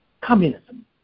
Communism